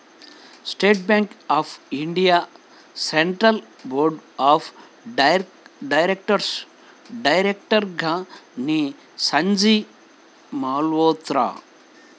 state Bank of India Central Board of డైరెక్టర్స్లో డైరెక్టర్గా శ్రీ సంజయ్ మల్హోత్రా